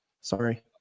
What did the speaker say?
Sorry